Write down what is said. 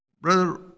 Brother